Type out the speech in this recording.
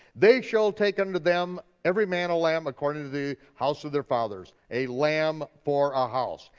they shall take unto them every man a lamb according to the house of their fathers. a lamb for a house.